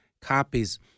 copies